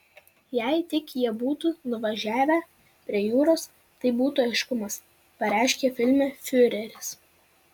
jei tik jie būtų nuvažiavę prie jūros tai būtų aiškumas pareiškia filme fiureris